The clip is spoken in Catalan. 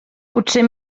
potser